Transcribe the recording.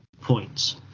points